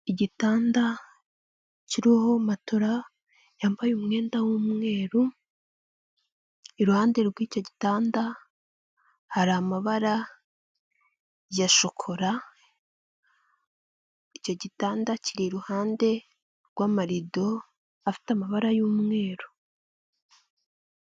Igitanda kiriho matora yambaye umwenda w'umweru, iruhande rw'icyo gitanda hari amabara ya shokora, icyo gitanda kiri iruhande rw'amarido afite amabara y'umweru.